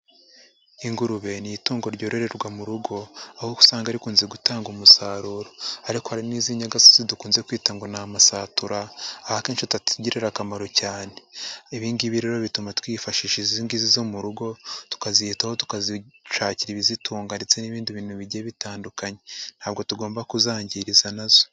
Ingurube ni itungo ryororerwa mu rugo, aho usanga rikunze gutanga umusaruro, ariko hari n'izinyagasozi dukunze kwita ngo ni amasatura, akenshi atatugirira akamaro cyane, ibingibi rero bituma twifashisha izgizi zo mu rugo, tukaziyitaho tukazishakira ibizitunga ndetse n'ibindi bintu bigiye bitandukanye, ntabwo tugomba kuzangiriza nazo.